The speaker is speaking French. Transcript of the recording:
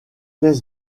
qu’est